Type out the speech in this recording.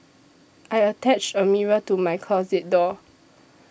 I attached a mirror to my closet door